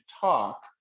talk